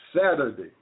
Saturday